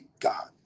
god